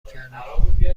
کردم